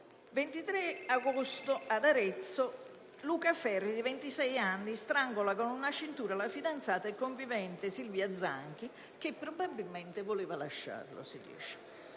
22 agosto, ad Arezzo, Luca Ferri, di 26 anni, strangola con una cintura la fidanzata e convivente Silvia Zanchi, che probabilmente voleva lasciarlo; a